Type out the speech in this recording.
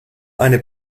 eine